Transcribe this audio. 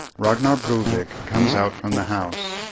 ragnar brovik comes out from the house.